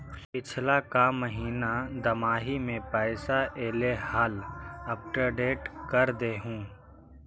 पिछला का महिना दमाहि में पैसा ऐले हाल अपडेट कर देहुन?